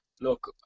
Look